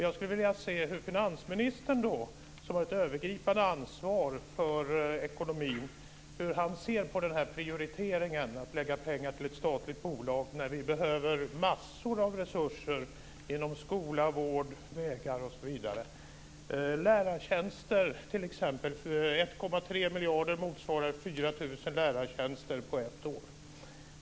Jag skulle vilja höra hur finansministern, som har ett övergripande ansvar för ekonomin, ser på den här prioriteringen - att lägga pengar till ett statligt bolag när vi behöver massor av resurser inom skola, vård, vägar osv. Ta t.ex. lärartjänster. 1,3 miljarder motsvarar 4 000 lärartjänster på ett år.